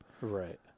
right